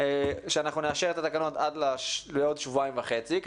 שאנחנו נאשר את התקנות, עד לעוד שבועיים וחצי.